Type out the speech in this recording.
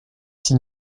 six